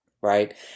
right